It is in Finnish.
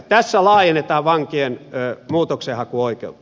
tässä laajennetaan vankien muutoksenhakuoikeutta